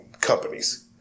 companies